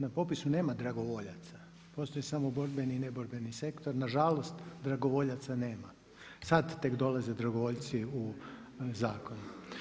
Na popisu nema dragovoljaca, postoje samo borbeni i neborbeni sektor, nažalost dragovoljaca nema, sada tek dolaze dragovoljci u zakon.